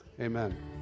Amen